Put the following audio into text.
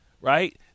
right